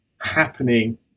happening